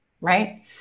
right